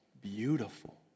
beautiful